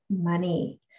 money